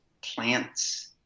plants